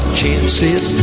chances